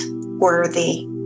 worthy